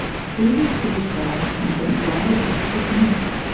previously described from gondwana rocks of india.